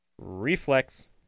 Reflex